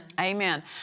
Amen